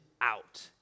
out